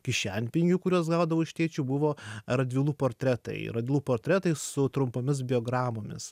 kišenpinigių kuriuos gaudavau iš tėčio buvo radvilų portretai radvilų portretai su trumpomis biogramomis